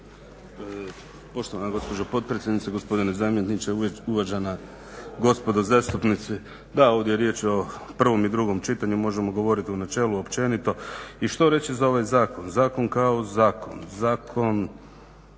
Poštovana gospođo potpredsjednice, gospodine zamjeniče, uvažena gospodo zastupnici. Da, ovdje je riječ o prvom i drugom čitanju, možemo govorit o načelu općenito. I što reći za ovaj zakon? Zakon kao zakon, zakon